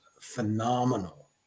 phenomenal